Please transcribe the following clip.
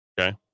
Okay